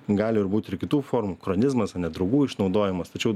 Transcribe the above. gali ir būt ir kitų formų kronizmas ane draugų išnaudojimas tačiau